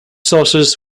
sauces